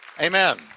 Amen